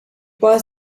was